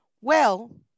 Well